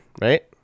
right